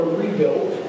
rebuilt